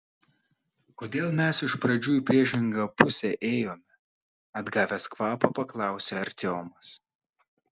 kodėl mes iš pradžių į priešingą pusę ėjome atgavęs kvapą paklausė artiomas